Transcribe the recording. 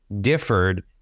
differed